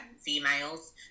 females